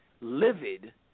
livid